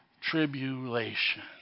tribulation